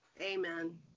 Amen